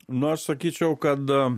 na sakyčiau kad